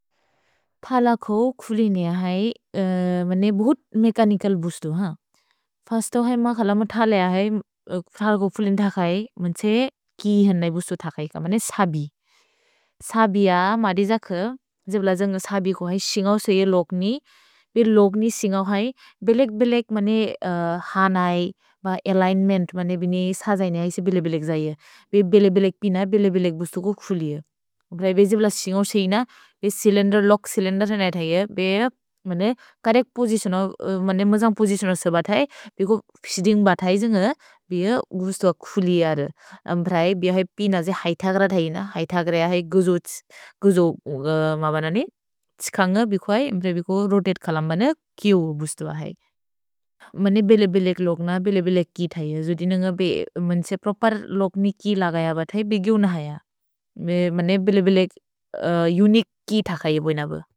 फल को खुलिनेअ है भुत् मेकनिकल् बुस्तु। फस्तो है मखल म थला है, फल को खुलिनेअ थकै, म्त्से किहने बुस्तु थकैक, मने सबि। सबिआ मदे जक, जेब्ल जन्ग् सबि को है, सिन्गौ सेइये लोग्नि। भे लोग्नि सिन्गौ है, बेलेग्-बेलेग् मने हनै ब अलिग्न्मेन्त् मने बिने सजैनेअ इसि बेलेग्-बेलेग् जये। भेलेग्-बेलेग् पिन, बेलेग्-बेलेग् बुस्तु को खुलिनेअ। भ्रै बेजिब्ल सिन्गौ सेइये न, बे सिलेन्देर्, लोग् सिलेन्देर् हनै थैय, बे मने करेक् पोजिचिओनो, मने मजन्ग् पोजिचिओनो सेब थै, बेको फीदिन्ग् ब थैज न्ग, बे उ बुस्तु ह खुलिअ र। अम्ब्रै बे है पिन जे हैथग्र थैय न, हैथग्र है गुजो, गुजो म बन ने, त्सिकन्ग बेको है, अम्ब्रै बेको रोतते खलम्बन, किउ बुस्तु ब है। मने बेलेग्-बेलेग् लोग्न, बेलेग्-बेलेग् कि थैय, जोदि न्ग बे म्न्त्से प्रोपेर् लोग्नि कि लगय ब थै, बे गिउ न हैय। मेने बेलेग्-बेलेग् उनिकुए कि थैय बोइन ब।